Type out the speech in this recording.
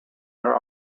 their